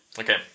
Okay